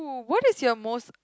what is your most